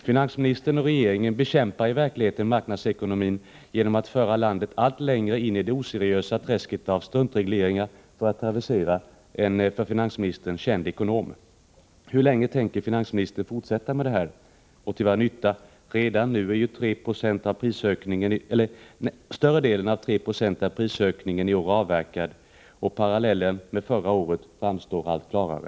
Finansministern och regeringen bekämpar i verkligheten marknadsekonomin genom att föra landet allt längre ned i det oseriösa träsket av struntregleringar, för att travestera en för finansministern känd ekonom. Hur länge tänker finansministern fortsätta det här, och till vad nytta? Redan nu är ju större delen av den förutsatta 3-procentiga prisökningen i år avverkad, och parallellen med förra året framstår allt klarare.